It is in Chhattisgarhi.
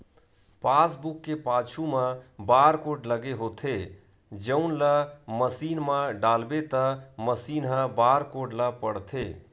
पासबूक के पाछू म बारकोड लगे होथे जउन ल मसीन म डालबे त मसीन ह बारकोड ल पड़थे